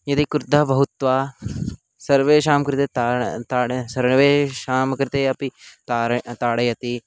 यदि क्रुद्धः भूत्वा सर्वेषां कृते ता ताडनं सर्वेषां कृते अपि ताडनं ताडयति